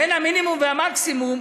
בין המינימום והמקסימום,